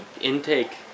intake